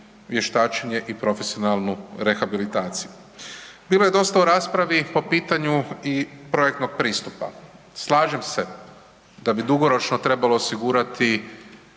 vještačenja i profesionalnu rehabilitaciju. Bilo je dosta u raspravi po pitanju i projektnog pristupa, slažem se da bi dugoročno trebalo osigurati